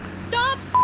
stops